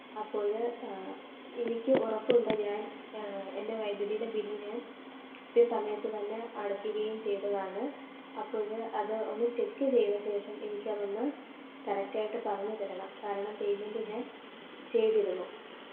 അപ്പോൾ എനിക്ക് ഉറപ്പുണ്ട് ഞാന് എന്റെ വൈദ്യുതീടെ ബില്ല് ഞാന് കൃത്യസമയത്ത് തന്നെ അടക്കുകയും ചെയ്തതാണ് അപ്പോൾ അത് ഒന്ന് ചെക്ക് ചെയ്ത ശേഷം എനിക്കതൊന്ന് കറക്റ്റായിട്ട് പറഞ്ഞ് തരണം കാരണം പേയ്മെന്റ് ഞാന് ചെയ്തിരുന്നു